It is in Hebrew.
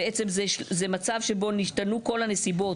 בעצם זה מצב שבו השתנו כל הנסיבות,